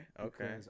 okay